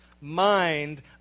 mind